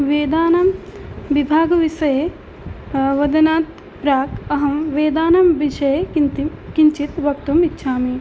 वेदानां विभागविषये वदनात् प्राक् अहं वेदानां विषये किन्तिं किञ्चित् वक्तुम् इच्छामि